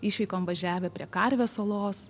išvykom važiavę prie karvės olos